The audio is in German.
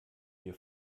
wir